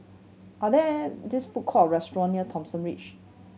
are there this food court or restaurant near Thomson Ridge